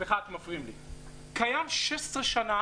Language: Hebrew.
16 שנה